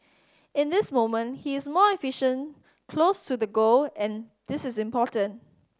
in this moment he is more efficient close to the goal and this is important